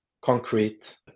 concrete